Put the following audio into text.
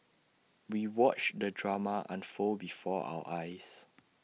we watched the drama unfold before our eyes